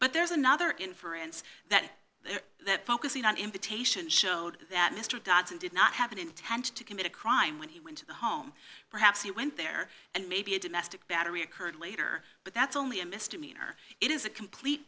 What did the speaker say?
but there is another inference that that focusing on imputation showed that mr dotson did not have an intent to commit a crime when he went to the home perhaps he went there and maybe a domestic battery occurred later but that's only a misdemeanor it is a complete